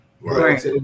Right